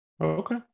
Okay